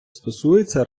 стосується